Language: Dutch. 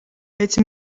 het